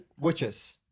Witches